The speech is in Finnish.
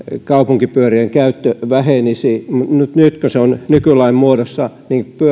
kaupunkipyörien käyttö vähenisi nyt kun se on nykylain muodossa